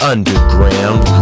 Underground